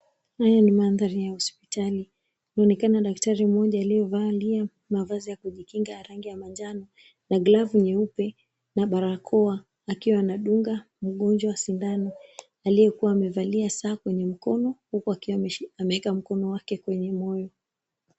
Haya ni mandhari ya hospitali kunaonekana daktari mmoja aliovalia mavazi la kujikinga ya rangi ya manjano na glavu nyeupe na barakoa akiwa anadunga mgonjwa sindano aliyekuwa amevalia saa kwenye mkono huku akiwa ameeka mkono wake kwenye moyo.